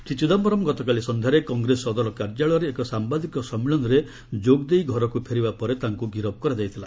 ଶ୍ରୀ ଚିଦାୟରମ୍ ଗତକାଲି ସନ୍ଧ୍ୟାରେ କଂଗ୍ରେସ ସଦର କାର୍ଯ୍ୟାଳୟରେ ଏକ ସାମ୍ବାଦିକ ସମ୍ମିଳନୀରେ ଯୋଗ ଦେଇ ଘରକୁ ଫେରିବା ପରେ ତାଙ୍କୁ ଗିରଫ୍ କରାଯାଇଥିଲା